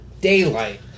daylight